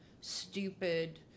stupid